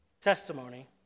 Testimony